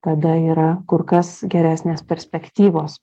tada yra kur kas geresnės perspektyvos